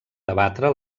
debatre